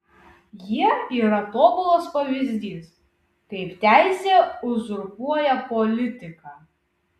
jie yra tobulas pavyzdys kaip teisė uzurpuoja politiką